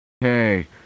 hey